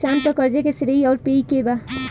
किसान पर क़र्ज़े के श्रेइ आउर पेई के बा?